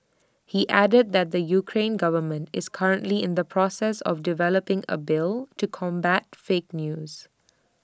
he added that the Ukrainian government is currently in the process of developing A bill to combat fake news